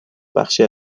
بخشی